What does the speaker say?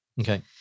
Okay